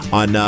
on